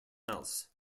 else